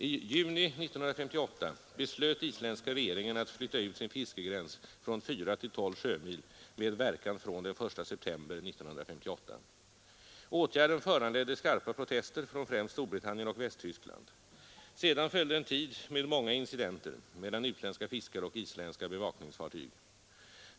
I juni 1958 beslöt isländska regeringen att flytta ut sin fiskegräns från 4 till 12 sjömil med verkan från den 1 september 1958. Åtgärden föranledde skarpa protester från främst Storbritannien och Västtyskland. Sedan följde en tid med många incidenter mellan utländska fiskare och isländska bevakningsfartyg.